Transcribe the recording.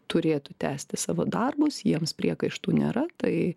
turėtų tęsti savo darbus jiems priekaištų nėra tai